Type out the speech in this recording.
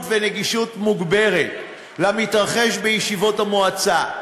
ונגישות מוגברת של המתרחש בישיבות המועצה.